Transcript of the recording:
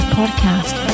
podcast